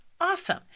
awesome